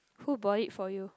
who bought it for you